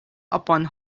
upon